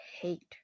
hate